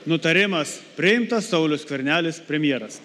nutarimas priimtas saulius skvernelis premjeras